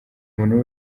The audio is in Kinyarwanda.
umuntu